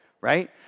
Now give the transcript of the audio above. right